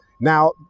Now